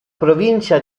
provincia